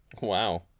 Wow